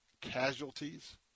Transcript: casualties